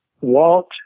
Walt